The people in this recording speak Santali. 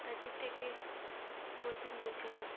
ᱟᱹᱰᱤᱛᱮᱫ ᱜᱮ ᱢᱚᱡᱽ ᱤᱧ ᱵᱩᱡᱷᱟᱹᱣᱟ